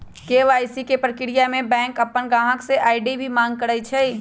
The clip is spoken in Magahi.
के.वाई.सी के परक्रिया में बैंक अपन गाहक से आई.डी मांग करई छई